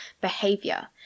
behavior